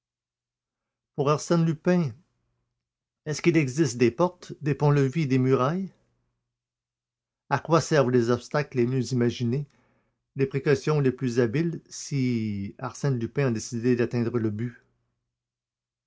pour arsène lupin est-ce qu'il existe des portes des ponts-levis des murailles à quoi servent les obstacles les mieux imaginés les précautions les plus habiles si arsène lupin a décidé d'atteindre tel but